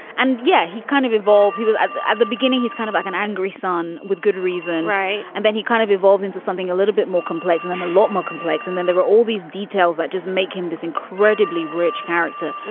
and yeah, he kind of evolved. he was at the at the beginning. he's kind of like an angry son with good reason. right. and then he kind of evolved into something a little bit more complex and than a lot more complex. and then there were all these details that just make him this incredibly rich character.